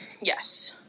yes